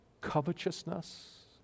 covetousness